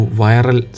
viral